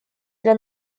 для